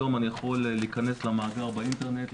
היום אני יכול להיכנס למאגר באינטרנט,